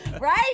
Right